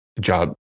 job